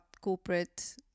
corporate